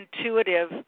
intuitive